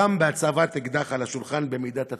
גם בהצבת אקדח על השולחן במידת הצורך.